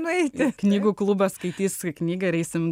nueiti knygų klubas skaitys knygą ir eisime